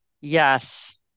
Yes